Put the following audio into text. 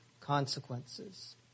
consequences